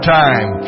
time